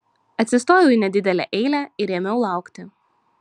atsistojau į nedidelę eilę ir ėmiau laukti